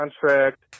contract